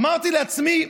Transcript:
אמרתי לעצמי: